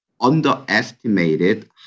underestimated